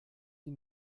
die